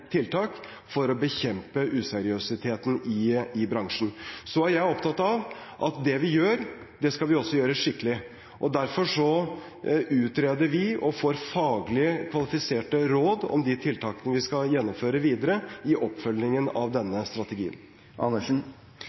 tiltak for å bekjempe useriøsiteten i bransjen. Så er jeg opptatt av at det vi gjør, det skal vi også gjøre skikkelig. Derfor utreder vi og får faglig kvalifiserte råd om de tiltakene vi skal gjennomføre videre i oppfølgingen av denne strategien.